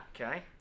Okay